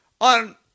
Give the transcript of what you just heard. on